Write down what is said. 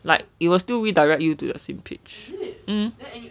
like it was still we redirect you to the same page um